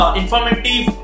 informative